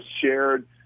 shared